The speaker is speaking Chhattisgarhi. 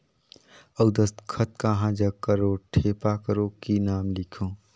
अउ दस्खत कहा जग करो ठेपा करो कि नाम लिखो?